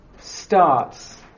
starts